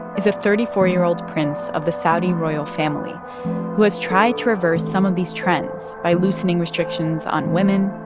is a thirty four year old prince of the saudi royal family who has tried to reverse some of these trends by loosening restrictions on women,